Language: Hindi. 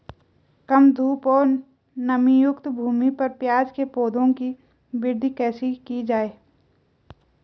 कम धूप और नमीयुक्त भूमि पर प्याज़ के पौधों की वृद्धि कैसे की जाए?